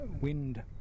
wind